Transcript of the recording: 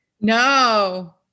No